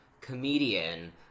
comedian